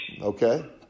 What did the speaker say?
Okay